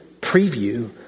preview